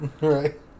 Right